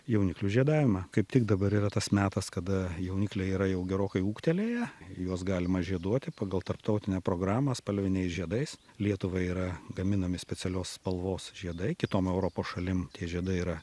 jauniklių žiedavimą kaip tik dabar yra tas metas kada jaunikliai yra jau gerokai ūgtelėję juos galima žieduoti pagal tarptautinę programą spalviniais žiedais lietuvai yra gaminami specialios spalvos žiedai kitom europos šalim tie žiedai yra